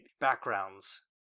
backgrounds